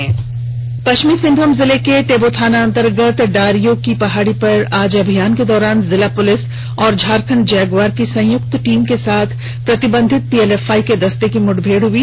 आज पश्चिमी सिंहभूम जिले के टेबो थाना अंतर्गत डारियो की पहाड़ी पर अभियान के दौरान जिला पुलिस और झारखंड जगुआर की संयुक्त टीम के साथ प्रतिबंधित पीएलएफआई के दस्ते की मुठभेड हई